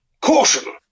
Caution